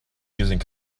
using